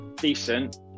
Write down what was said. decent